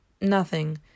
Nothing